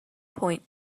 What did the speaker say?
point